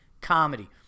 Comedy